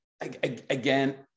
again